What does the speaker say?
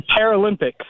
Paralympics